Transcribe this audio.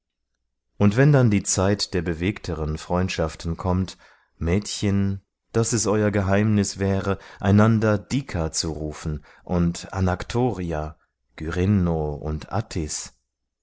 und wenn dann die zeit der bewegteren freundschaften kommt mädchen daß es euer geheimnis wäre einander dika zu rufen und anaktoria gyrinno und atthis